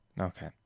Okay